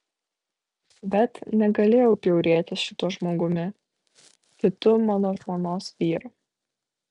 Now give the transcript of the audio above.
bet negalėjau bjaurėtis šituo žmogumi kitu mano žmonos vyru